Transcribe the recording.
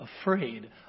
afraid